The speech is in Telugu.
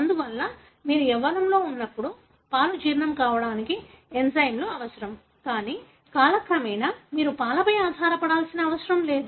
అందువల్ల మీరు యవ్వనంలో ఉన్నప్పుడు పాలు జీర్ణం కావడానికి ఎంజైమ్లు అవసరం కానీ కాలక్రమేణా మీరు పాలపై ఆధారపడాల్సిన అవసరం లేదు